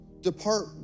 Depart